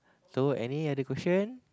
so any other question